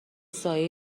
سایه